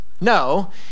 No